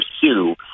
pursue